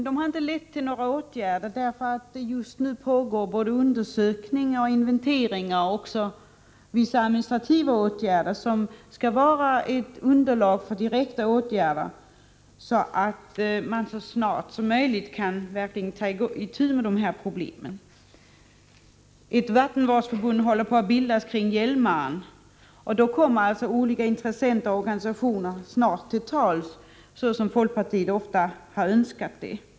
De har inte lett till några åtgärder, därför att det just nu pågår både undersökningar och inventeringar — här vidtas även vissa administrativa åtgärder — som skall ligga till grund för direkta åtgärder, så att man så snart som möjligt verkligen kan ta itu med de här problemen. Ett vattenvårdsförbund håller på att bildas kring Hjälmaren, och därmed kommer olika intressenter och organisationer snart till tals, som folkpartiet ofta har önskat.